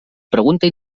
pregunta